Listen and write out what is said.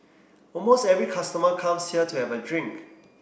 almost every customer comes here to have a drink